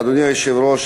אדוני היושב-ראש,